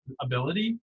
ability